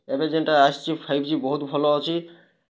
ଏବେ ଯେନ୍ତା ଆସ୍ଛି ଫାଇଭ୍ ଜି ବହୁତ୍ ଭଲ୍ ଅଛି